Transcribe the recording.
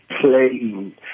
playing